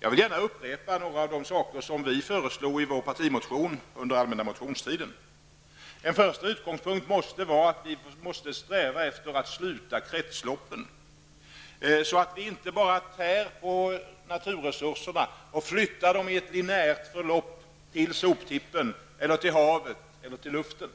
Jag vill gärna upprepa några av de saker som vi föreslog i vår partimotion under allmänna motionstiden. En första utgångspunkt måste vara att sträva efter att sluta kretsloppen så att vi inte bara tär på naturresurserna och flyttar dem i ett linjärt förlopp till soptippen, havet eller luften.